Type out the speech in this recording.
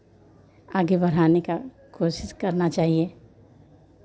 आगे बढ़ाने का कोशिश करना चाहिए